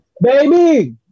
Baby